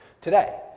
today